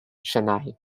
chennai